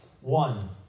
One